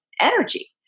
energy